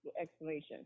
explanation